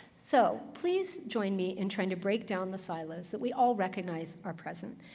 so, please join me in trying to break down the silos that we all recognize are present,